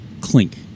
clink